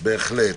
בהחלט.